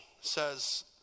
says